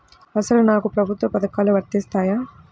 అసలు నాకు ప్రభుత్వ పథకాలు వర్తిస్తాయా?